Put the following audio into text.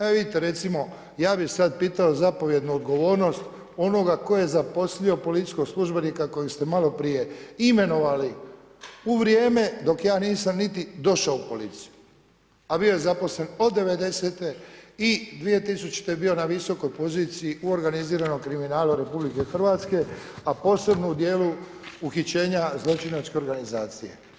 Evo vidite recimo ja bih sad pitao zapovjednu odgovornost onoga tko je zaposlio policijskog službenika kojeg ste malo prije imenovali u vrijeme dok ja nisam niti došao u policiju, a bio je zaposlen od '90. i 2000. je bio na visokoj poziciji u organiziranom kriminalu RH, a posebno u dijelu uhićenja zločinačke organizacije.